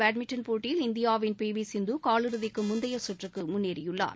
badminton போட்டியில் இந்தியாவின் சீனஒபன் பிவிசிந்துகாலிறுதிக்குமுந்தையசுற்றுக்குமுன்னேறியுள்ளார்